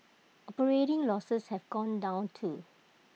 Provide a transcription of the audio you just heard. operating losses have gone down too